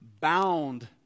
bound